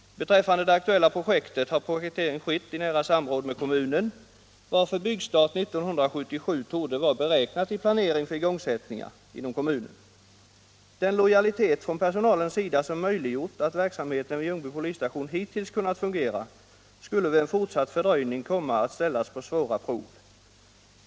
Beträffande den aktuella byggnaden har projektering skett i nära samråd med kommunen, varför byggstart 1977 torde vara beräknad i planeringen för igångsättningar inom kommunen. Den lojalitet hos personalen, som hittills möjliggjort verksamheten vid Ljungby polisstation, skulle vid en fortsatt fördröjning komma att ställas på svåra prov.